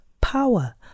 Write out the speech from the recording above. power